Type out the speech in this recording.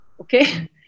Okay